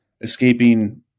escaping